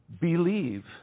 believe